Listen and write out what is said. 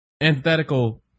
antithetical